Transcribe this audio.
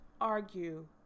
argue